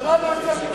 שמענו את זה מכם,